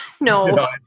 no